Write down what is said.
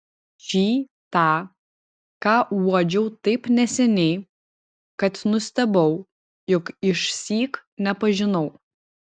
šį tą ką uodžiau taip neseniai kad nustebau jog išsyk nepažinau